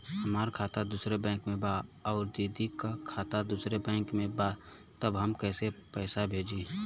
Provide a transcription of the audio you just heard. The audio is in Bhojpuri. हमार खाता दूसरे बैंक में बा अउर दीदी का खाता दूसरे बैंक में बा तब हम कैसे पैसा भेजी?